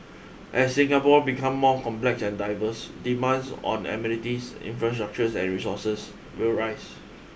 as Singapore become more complex and diverse demands on amenities infrastructures and resources will rise